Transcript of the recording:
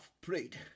prayed